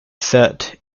set